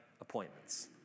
appointments